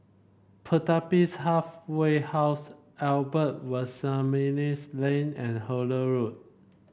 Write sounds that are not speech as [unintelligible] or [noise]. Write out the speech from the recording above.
Pertapis Halfway House Albert [unintelligible] Lane and Hullet Road